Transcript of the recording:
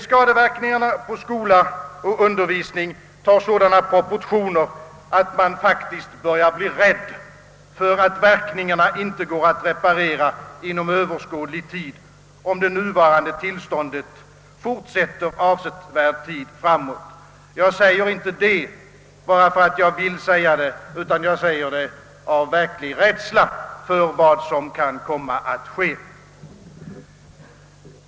Skadeverkningarna på skola och undervisning har sådana proportioner, att man faktiskt börjar bli rädd för att verkningarna inte går att reparera inom överskådlig tid, om det nuvarande tillståndet fortsätter avsevärd tid framåt. Jag säger inte detta bara för att jag vill säga det, utan jag säger det av verklig rädsla för vad som kan komma att ske.